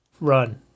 run